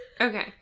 Okay